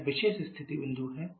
यह विशेष स्थिति बिंदु है